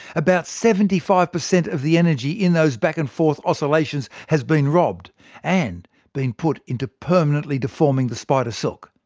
about seventy five percent of the energy in those back-and-forth oscillations has been robbed and been put into permanently deforming the spider silk.